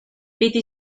piti